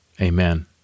Amen